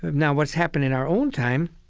now what's happened in our own time,